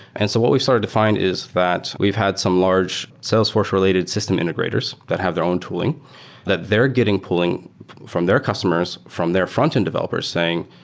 and so what we've started to find is that we've had some large salesforce related system integrators that have their own tooling that they're getting pulling from their customers, from their frontend developers saying,